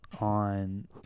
on